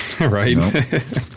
Right